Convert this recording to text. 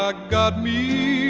ah got me